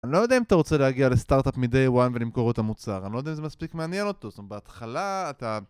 אני לא יודע אם אתה רוצה להגיע לסטארט-אפ מדי 1 ולמכור את המוצר אני לא יודע אם זה מספיק מעניין אותו זאת אומרת בהתחלה אתה...